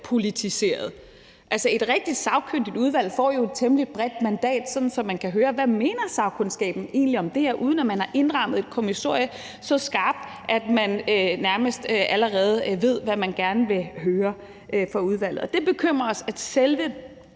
politiseret. Altså, et rigtig sagkyndigt udvalg får jo et temmelig bredt mandat, sådan at man kan høre, hvad sagkundskaben egentlig mener om det her, uden at man har indrammet et kommissorie så skarpt, at man nærmest allerede ved, hvad man gerne vil høre fra udvalget. Og det bekymrer os, at selve